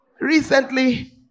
Recently